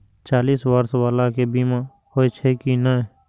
चालीस बर्ष बाला के बीमा होई छै कि नहिं?